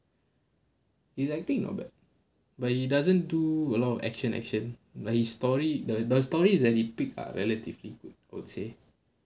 his acting not bad but he doesn't do a lot of action action like his story the the story that he picked are relatively good I would say